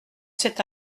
cet